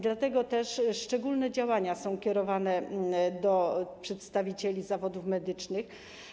Dlatego też szczególne działania są kierowane do przedstawicieli zawodów medycznych.